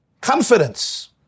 confidence